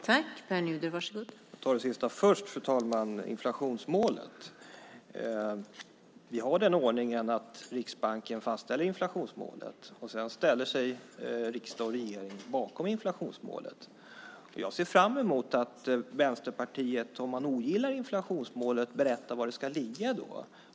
Fru talman! För att ta det sista först börjar jag med inflationsmålet. Vi har ordningen att Riksbanken fastställer inflationsmålet. Sedan ställer sig riksdag och regering bakom det. Jag ser fram emot att Vänsterpartiet om man ogillar inflationsmålet berättar var det ska ligga.